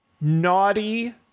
naughty